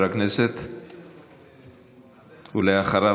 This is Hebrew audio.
ואחריו,